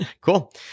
Cool